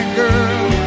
girl